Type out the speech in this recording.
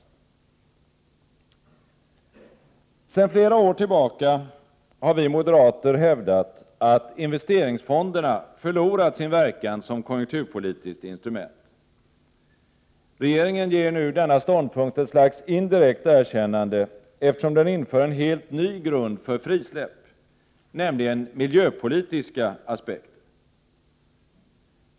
Sedan flera år tillbaka hävdar vi moderater att investeringsfonderna förlorat sin verkan som konjunkturpolitiskt instrument. Regeringen ger nu denna ståndpunkt ett slags indirekt erkännande, eftersom den inför en helt ny grund för frisläpp, nämligen miljöpolitiska aspekter.